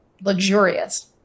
luxurious